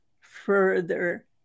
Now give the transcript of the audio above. further